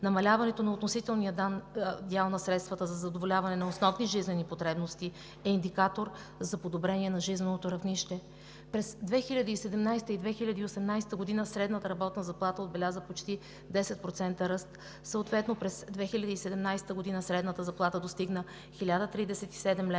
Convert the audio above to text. намаляването на относителния дял на средствата за задоволяване на основни жизнени потребности е индикатор за подобрение на жизненото равнище. През 2017-а и 2018 г. средната работна заплата отбеляза почти 10% ръст. Съответно през 2017 г. средната заплата достигна 1037 лв.